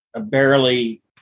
barely